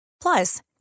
Plus